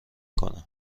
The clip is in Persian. کنم